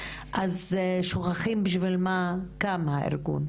אז שוכחים בשביל מה קם הארגון.